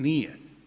Nije.